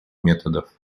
методов